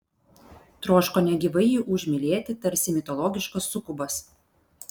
troško negyvai jį užmylėti tarsi mitologiškas sukubas